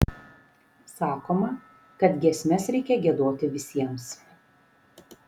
sakoma kad giesmes reikia giedoti visiems